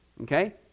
Okay